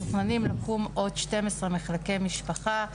מתוכננים לקום עוד 12 מחלקי משפחה.